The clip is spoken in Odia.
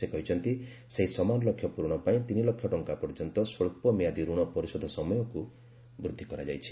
ସେ କହିଛନ୍ତି ସେହି ସମାନ ଲକ୍ଷ୍ୟ ପୂରଣ ପାଇଁ ତିନିଲକ୍ଷ ଟଙ୍କା ପର୍ଯ୍ୟନ୍ତ ସ୍ୱଚ୍ଚମିଆଦି ଋଣ ପରିଶୋଧ ସମୟକୁ ବୃଦ୍ଧି କରାଯାଇଛି